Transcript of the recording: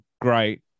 great